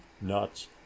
nuts